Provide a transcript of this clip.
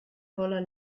voller